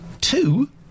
two